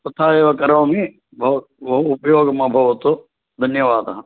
उत्थाय एव करोमि बह् बहु उपयोगम् अभवत् धन्यवादः